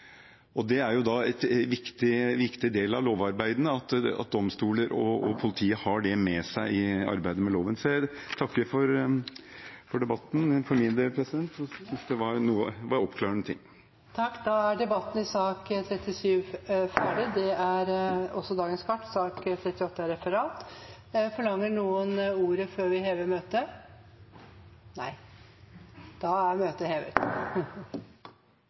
Det er en viktig del av lovarbeidene – at domstoler og politiet har det med seg i arbeidet med loven. Jeg takker for debatten – det var oppklarende. Flere har ikke bedt om ordet til sak nr. 37. Dagens kart er ferdigbehandlet. Forlanger noen ordet før møtet heves? – Møtet er hevet.